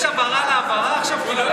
יש הבהרה להבהרה עכשיו?